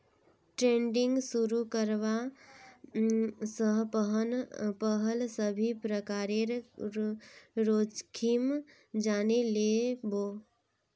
trading शुरू करवा स पहल सभी प्रकारेर जोखिम जाने लिबो